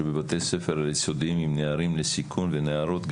שבבתי ספר היסודיים עם נערים בסיכון ונערות,